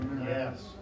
Yes